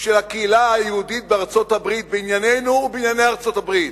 של הקהילה היהודית בארצות-הברית בעניינינו ובענייני ארצות-הברית?